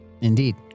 Indeed